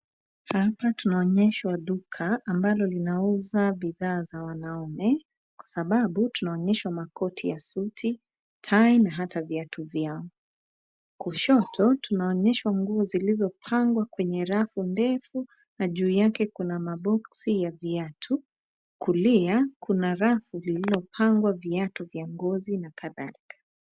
Hapa tunaonyeshwa duka ambalo linauza bidhaa za wanaume kwa sababu tunaonyeshwa makoti ya suti tai na hata viatu vyao. Kushoto tunainyeshwa nguo zilizopangwa kwenye rafu ndefu na juu yake kuna maboxi ya viatu. Kulia kuna rafu lililopangwa viatu vya ngozi na kadhalika.